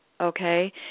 okay